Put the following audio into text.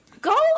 go